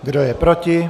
Kdo je proti?